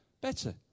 better